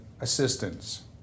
assistance